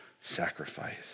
sacrifice